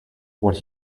what